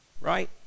right